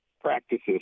practices